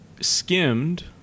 skimmed